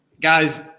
Guys